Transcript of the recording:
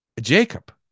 Jacob